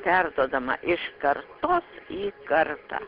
perduodama iš kartos į kartą